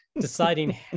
deciding